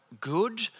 good